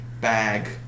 bag